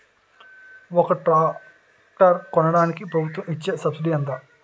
ఒక ట్రాక్టర్ కొనడానికి ప్రభుత్వం ఇచే సబ్సిడీ ఎంత?